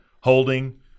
holding